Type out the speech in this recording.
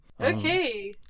Okay